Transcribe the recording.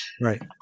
right